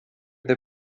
the